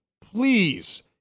please